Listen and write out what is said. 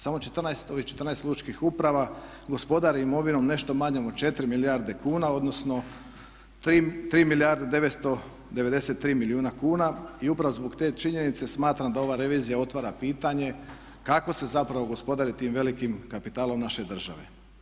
Samo ovih 14 lučkih uprava gospodari imovinom nešto manjom od 4 milijarde kuna, odnosno 3 milijarde 993 milijuna kuna i upravo zbog te činjenice smatram da ova revizija otvara pitanje kako se zapravo gospodari tim velikim kapitalom naše države.